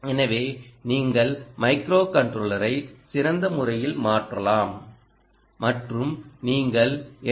எனவே நீங்கள் மைக்ரோ கன்ட்ரோலரை சிறந்த முறையில் மாற்றலாம் மற்றும் நீங்கள் எல்